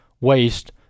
waste